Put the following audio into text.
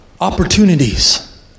Opportunities